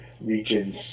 regions